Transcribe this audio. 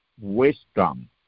wisdom